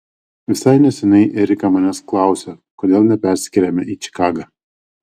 visai neseniai erika manęs klausė kodėl nepersikeliame į čikagą